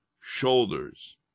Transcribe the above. shoulders